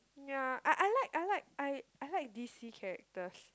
ya I I like I like I I like D_C characters